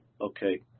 okay